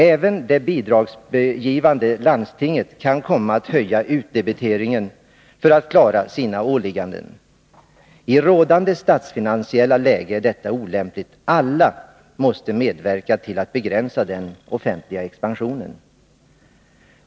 Även det bidragsgivande landstinget kan komma att höja utdebiteringen för att klara sina åligganden. I rådande statsfinansiella läge är detta olämpligt. Alla måste medverka till att begränsa den offentliga expansionen.